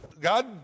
God